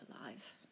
alive